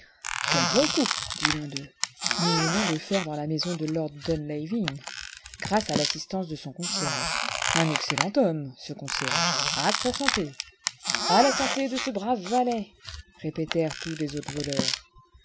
quel bon coup dit l'un deux nous venons de faire dans la maison de lord dunlavin grâce à l'assistance de son concierge un excellent homme ce concierge a sa santé a la santé de ce brave valet répétèrent tous les autres voleurs